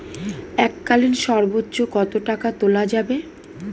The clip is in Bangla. এককালীন সর্বোচ্চ কত টাকা তোলা যাবে?